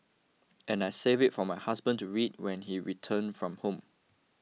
and I saved it for my husband to read when he returned from home